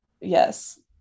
yes